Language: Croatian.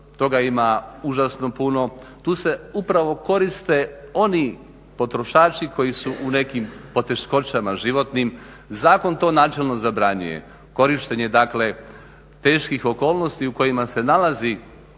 toga ima užasno puno. Tu se upravo koriste oni potrošači koji su u nekim poteškoćama životnim. Zakon to načelno zabranjuje korištenje dakle teških okolnosti u kojima se nalazi